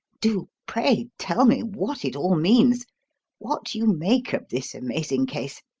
do, pray, tell me what it all means what you make of this amazing case.